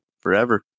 Forever